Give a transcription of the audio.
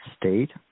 state